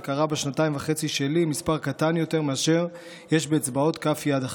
זה קרה בשנתיים וחצי שלי מספר קטן יותר מאשר אצבעות כף יד אחת.